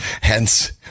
hence